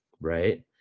right